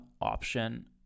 option